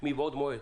מבעוד מועד